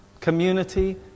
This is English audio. Community